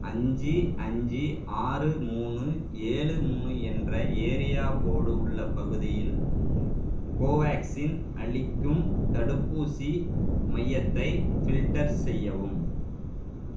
அஞ்சு அஞ்சு ஆறு மூணு ஏழு மூணு என்ற ஏரியா கோடு உள்ள பகுதியில் கோவேக்சின் அளிக்கும் தடுப்பூசி மையத்தை ஃபில்டர் செய்யவும்